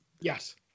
yes